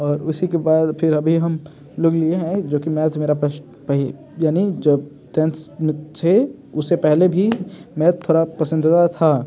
और उसी के बाद फिर अभी हम लोग लिए हैं जो कि मैथ मेरा यानि जब तेंथ्स में थे उससे पहले भी मैथ थोड़ा पसंदीदा था